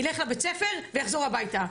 יילך לבית-הספר ויחזור הביתה.